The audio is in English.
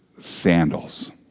sandals